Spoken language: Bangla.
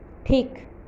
ঠিক